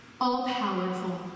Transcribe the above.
all-powerful